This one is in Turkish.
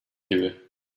gibi